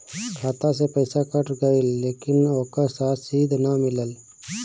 खाता से पइसा कट गेलऽ लेकिन ओकर रशिद न मिलल?